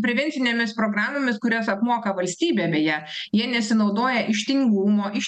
prevencinėmis programomis kurias apmoka valstybė beje jie nesinaudoja iš tingumo iš